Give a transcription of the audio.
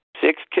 six